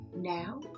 Now